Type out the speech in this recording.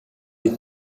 jier